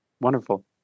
Wonderful